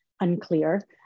unclear